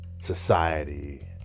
society